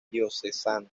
diocesano